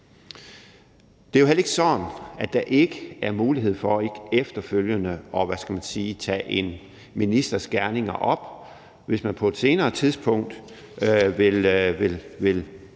Det er heller ikke sådan, at der ikke er mulighed for efterfølgende at tage en ministers gerninger op, hvis man på et senere tidspunkt vil